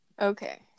Okay